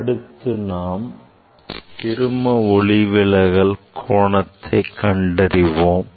அடுத்து நாம் சிறும ஒளிவிலகல் கோணத்தை கண்டறிவோம்